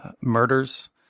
murders